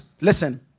listen